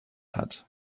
hat